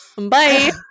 Bye